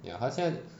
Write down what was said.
ya 他现在